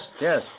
Yes